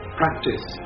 practice